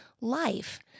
life